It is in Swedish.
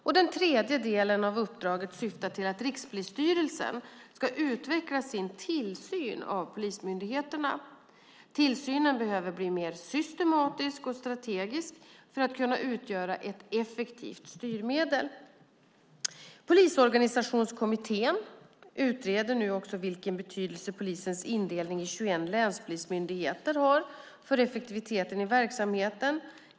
För det tredje syftar uppdraget till att Rikspolisstyrelsen ska utveckla sin tillsyn av polismyndigheterna. Tillsynen behöver bli mer systematisk och strategisk för att utgöra ett effektivt styrmedel. Polisorganisationskommittén utreder vilken betydelse polisens indelning i 21 länspolismyndigheter har för effektiviteten i verksamheten.